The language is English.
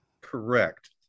Correct